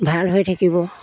ভাল হৈ থাকিব